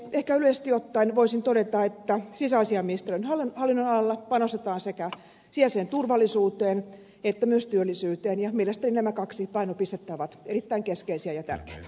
ehkä yleisesti ottaen voisin todeta että sisäasiainministeriön hallinnonalalla panostetaan sekä sisäiseen turvallisuuteen että myös työllisyyteen ja mielestäni nämä kaksi painopistettä ovat erittäin keskeisiä ja tärkeitä